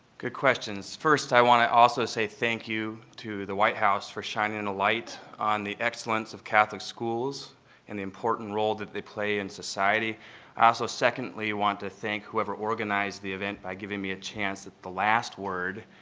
good questions. first, i want to also say thank you to the white house for shining and a light on the excellence of catholic schools and the important role that they play in society. i also secondly want to thank whoever organized the event by giving me a chance at the last word